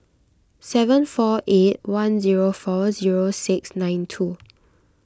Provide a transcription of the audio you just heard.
seven four eight one zero four zero six nine two